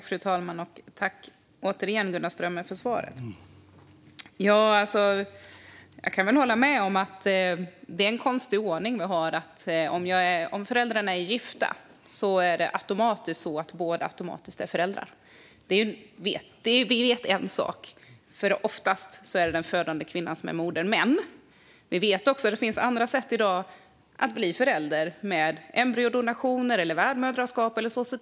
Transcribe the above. Fru talman! Tack återigen, Gunnar Strömmer, för svaret! Jag kan hålla med om att det är en konstig ordning vi har. Om föräldrarna är gifta är båda automatiskt föräldrar. Det vi vet är en sak, för oftast är det den födande kvinnan som är modern. Men vi vet också att det i dag finns andra sätt att bli förälder: embryodonationer, värdmödraskap och så vidare.